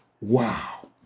Wow